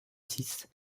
six